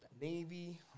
navy